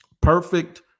perfect